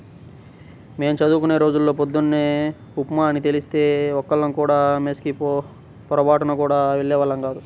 మేం చదువుకునే రోజుల్లో పొద్దున్న ఉప్మా అని తెలిస్తే ఒక్కళ్ళం కూడా మెస్ కి పొరబాటున గూడా వెళ్ళేవాళ్ళం గాదు